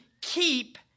keep